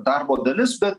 darbo dalis bet